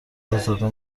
ازاده